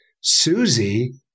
Susie